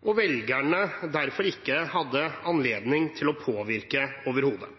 og som velgerne derfor ikke har hatt anledning til å påvirke overhodet –